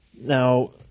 Now